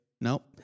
Nope